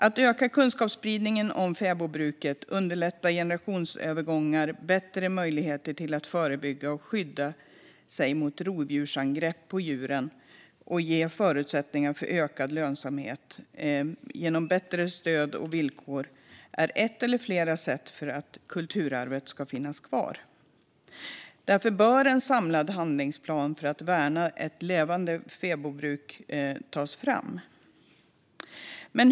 Att öka kunskapsspridningen om fäbodbruket, underlätta generationsövergångar, ge bättre möjligheter att förebygga och skydda sig mot rovdjursangrepp på djuren och ge förutsättningar för ökad lönsamhet genom bättre stöd och villkor är olika sätt att verka för att kulturarvet ska finnas kvar. Därför bör en samlad handlingsplan för att värna ett levande fäbodbruk tas fram.